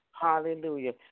Hallelujah